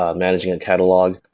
ah managing a catalog.